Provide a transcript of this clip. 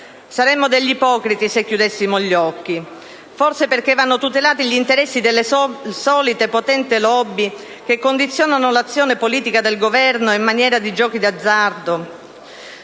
Saremmo degli ipocriti se chiudessimo gli occhi: forse perché vanno tutelati gli interessi delle solite potenti *lobby* che condizionano l'azione politica del Governo in materia di gioco d'azzardo?